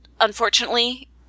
unfortunately